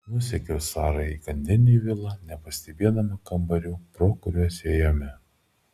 nusekiau sarai įkandin į vilą nepastebėdama kambarių pro kuriuos ėjome